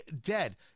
dead